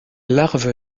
larve